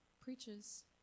preaches